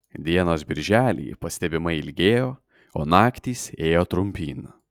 dienos birželį pastebimai ilgėjo o naktys ėjo trumpyn